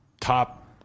top